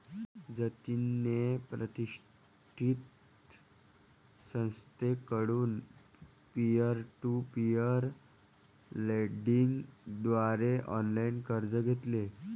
जतिनने प्रतिष्ठित संस्थेकडून पीअर टू पीअर लेंडिंग द्वारे ऑनलाइन कर्ज घेतले